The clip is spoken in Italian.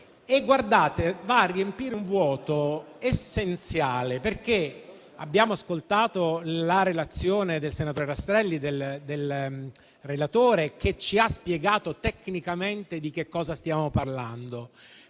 va a riempire un vuoto essenziale. Abbiamo ascoltato la relazione del relatore senatore Rastrelli, che ci ha spiegato tecnicamente di cosa stiamo parlando;